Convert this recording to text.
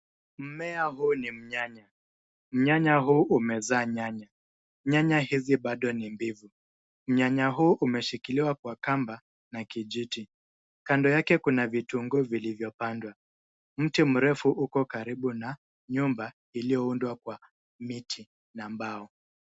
Mmea huu ni mnyanya, mnyanya huu umezaa nyanya, nyanya hizi bado ni mbichi. Mnyanya huu umeshikiliwa kwa kamba na kijiti. Kando yake kuna vitunguu vilivyopandwa. Mti mrefu uko karibu na nyumba iliyoundwa kwa miti na mbao.